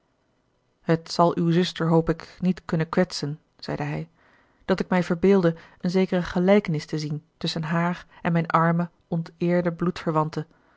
het zal uwe zuster hoop ik niet kunnen kwetsen zeide hij dat ik mij verbeeldde een zekere gelijkenis te zien tusschen haar en mijne arme onteerde